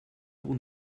pour